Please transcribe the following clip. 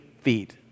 feet